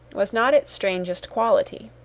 was not its strangest quality.